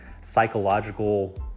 psychological